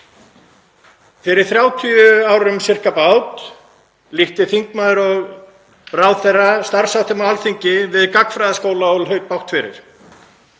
Fyrir 30 árum eða sirkabát líkti þingmaður og ráðherra starfsháttum á Alþingi við gagnfræðaskóla og hlaut bágt fyrir.